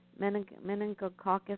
meningococcus